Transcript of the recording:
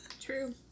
true